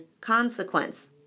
consequence